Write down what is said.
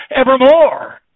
evermore